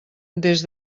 des